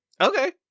Okay